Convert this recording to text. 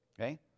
okay